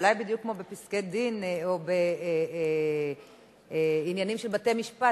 אולי בדיוק כמו בפסקי-דין או בעניינים של בתי-משפט,